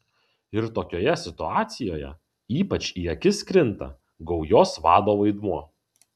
ir tokioje situacijoje ypač į akis krinta gaujos vado vaidmuo